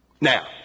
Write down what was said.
Now